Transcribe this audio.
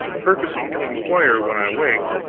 purposing to inquire when i waked,